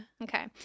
Okay